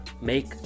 make